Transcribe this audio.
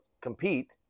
compete